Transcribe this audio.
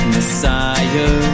Messiah